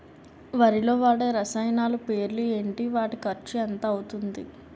వరిలో వాడే రసాయనాలు పేర్లు ఏంటి? వాటి ఖర్చు ఎంత అవతుంది?